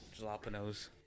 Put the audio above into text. Jalapenos